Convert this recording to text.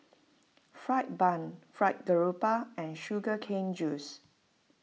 Fried Bun Fried Garoupa and Sugar Cane Juice